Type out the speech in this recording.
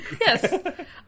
Yes